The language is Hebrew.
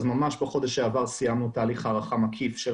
אז ממש בחודש שעבר סיימנו תהליך הערכה מקיף של